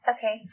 Okay